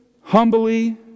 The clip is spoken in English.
humbly